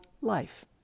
Life